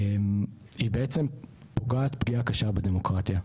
היא בעצם פוגעת פגיעה קשה בדמוקרטיה.